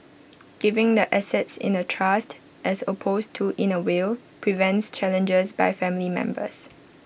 giving the assets in A trust as opposed to in A will prevents challenges by family members